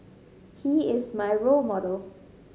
he is my role model